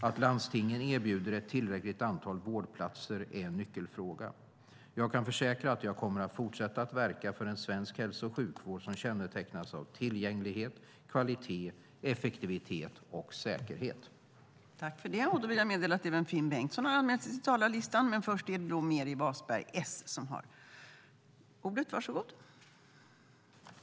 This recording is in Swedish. Att landstingen erbjuder ett tillräckligt antal vårdplatser är en nyckelfråga. Jag kan försäkra att jag kommer att fortsätta att verka för en svensk hälso och sjukvård som kännetecknas av tillgänglighet, kvalitet, effektivitet och säkerhet. Då Christina Zedell, som framställt interpellation 2012/13:316, anmält att hon var förhindrad att närvara vid sammanträdet medgav förste vice talmannen att Meeri Wasberg i stället fick delta i överläggningen.